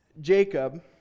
Jacob